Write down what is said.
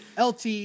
LT